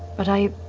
but i.